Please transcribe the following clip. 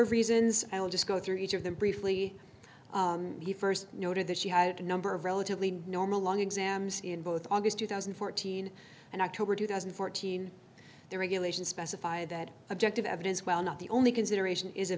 of reasons i'll just go through each of them briefly he first noted that she had a number of relatively normal long exams in both august two thousand and fourteen and october two thousand and fourteen the regulations specify that objective evidence while not the only consideration is a